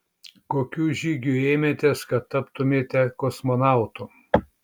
kokių žygių ėmėtės kad taptumėte kosmonautu